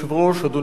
אדוני השר,